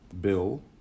Bill